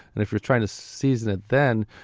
if you're trying to season it then,